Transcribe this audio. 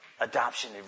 adoption